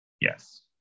Yes